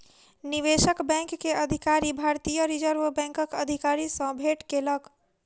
निवेशक बैंक के अधिकारी, भारतीय रिज़र्व बैंकक अधिकारी सॅ भेट केलक